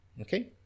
okay